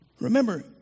Remember